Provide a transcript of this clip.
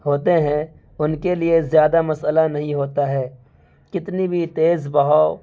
ہوتے ہیں ان کے لیے زیادہ مسئلہ نہیں ہوتا ہے کتنی بھی تیز بہاؤ